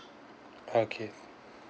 okay